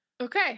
Okay